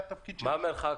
מה המרחק?